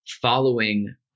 Following